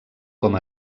com